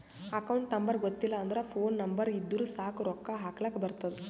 account number ಗೊತ್ತಿಲ್ಲ ಅಂದುರ್ phone number ಇದ್ದುರ್ ಸಾಕ್ ರೊಕ್ಕಾ ಹಾಕ್ಲಕ್ ಬರ್ತುದ್